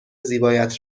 زیبایت